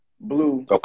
blue